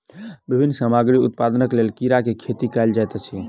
विभिन्न सामग्री उत्पादनक लेल कीड़ा के खेती कयल जाइत अछि